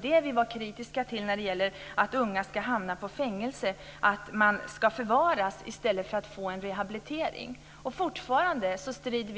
Det vi var kritiska till när det gäller att unga hamnar på fängelse var just att det blir förvaring i stället för rehabilitering. Vi strider fortfarande